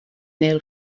nail